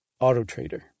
Autotrader